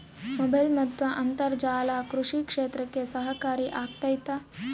Mobile ಮತ್ತು ಅಂತರ್ಜಾಲ ಕೃಷಿ ಕ್ಷೇತ್ರಕ್ಕೆ ಸಹಕಾರಿ ಆಗ್ತೈತಾ?